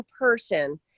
person